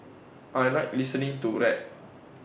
I Like listening to rap